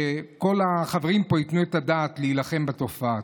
שכל החברים פה ייתנו את הדעת על מלחמה בתופעה.